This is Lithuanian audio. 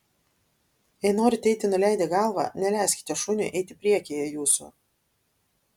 jei norite eiti nuleidę galvą neleiskite šuniui eiti priekyje jūsų